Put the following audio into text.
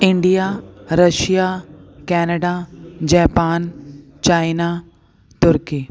India Russia Canada Japan China turkey